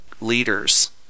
leaders